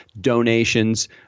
donations